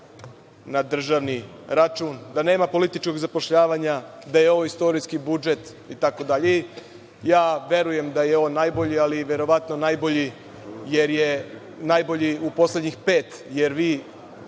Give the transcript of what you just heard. na državni račun, da nema političkog zapošljavanja, da je ovo istorijski budžet itd. Ja verujem da je ovo najbolji, ali verovatno najbolji jer je najbolji u poslednjih pet, jer vi